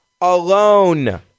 alone